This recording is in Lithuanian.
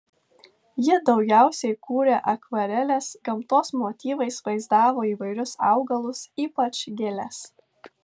ji daugiausiai kūrė akvareles gamtos motyvais vaizdavo įvairius augalus ypač gėles